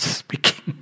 speaking